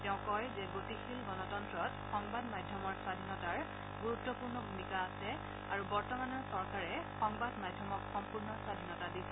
তেওঁ কয় যে গতিশীল গণতন্ত্ৰত সংবাদ মাধ্যমৰ স্বধীনতাৰ গুৰুত্পূৰ্ণ ভূমিকা আছে আৰু বৰ্তমানৰ চৰকাৰে সংবাদ মাধ্যমক সম্পূৰ্ণ স্বধীনতা দিছে